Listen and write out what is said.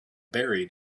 buried